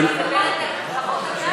זה, אני מדברת על חוות הדעת.